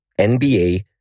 NBA